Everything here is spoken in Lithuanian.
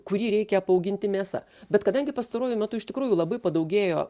kurį reikia apauginti mėsa bet kadangi pastaruoju metu iš tikrųjų labai padaugėjo